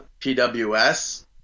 PWS